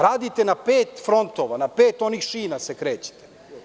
Radite na pet frontova, na pet onih šina se krećete.